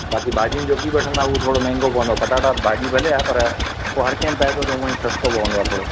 बाक़ी भाॼियूं जो बि वठंदा हू थोरो महांगो पवंदव पटाटा भाॼी भले आहे पर हर कंहिंमें पए थो त हूअं ईं सस्तो पवंदो आहे थोरो